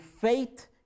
faith